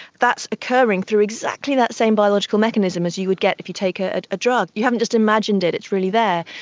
that's occurring through exactly that same biological mechanism as you would get if you take a ah drug. you haven't just imagined it, it's really there.